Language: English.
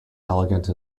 elegant